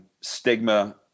stigma